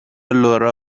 لورا